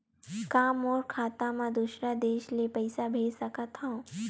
का मोर खाता म दूसरा देश ले पईसा भेज सकथव?